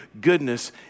goodness